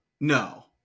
No